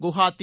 Guwahati